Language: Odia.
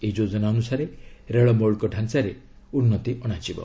ଏହି ଯୋଜନା ଅନୁସାରେ ରେଳ ମୌଳିକ ଢାଞ୍ଚାରେ ଉନ୍ନତି ଅଣାଯିବ